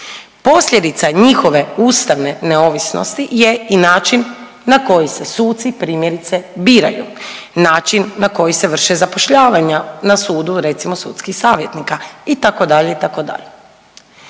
Posljedica njihove ustavne neovisnosti je i način na koji se suci primjerice biraju, način na koji se vrše zapošljavanja na sudu recimo sudskih savjetnika itd.,